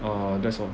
uh that's all